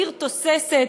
עיר תוססת.